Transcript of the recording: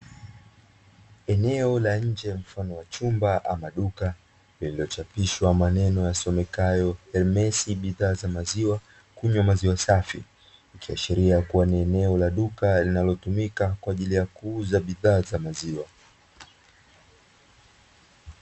Eneo la nje mfano wa chumba ama duka lililochapishwa maneno yasomekayo "Ernesi bidhaa za maziwa, kunywa maziwa safi" ikiashiria kuwa ni eneo la duka linalotumika kwa ajili ya kuuza bidhaa za maziwa.